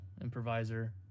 improviser